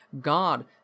God